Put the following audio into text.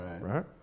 Right